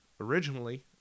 originally